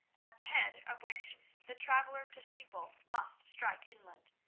at the head of which the traveller to steeple must strike inland,